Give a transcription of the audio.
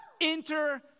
enter